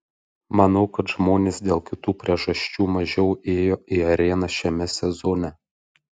manau kad žmonės dėl kitų priežasčių mažiau ėjo į areną šiame sezone